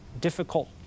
difficult